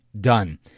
done